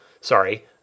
sorry